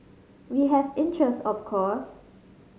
we have interest of course